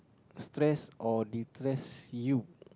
stress or destress you